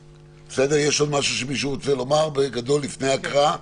יש עוד משהו שמישהו רוצה לומר לפני ההקראה?